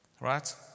right